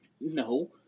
No